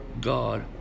God